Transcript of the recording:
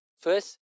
first